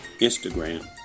Instagram